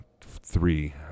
three